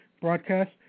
broadcast